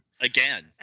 Again